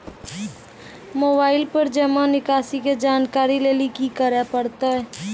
Mobile पर जमा निकासी के जानकरी लेली की करे परतै?